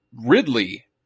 ridley